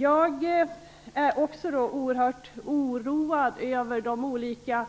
Jag är också oerhört oroad över de olika